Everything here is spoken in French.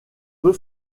peu